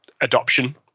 adoption